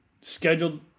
scheduled